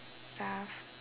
stuff